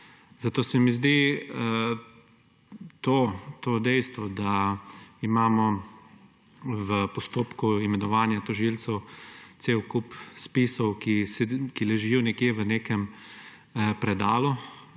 Zato se mi zdi to dejstvo, da imamo v postopku imenovanja tožilcev cel kup spisov, ki ležijo nekje v nekem predalu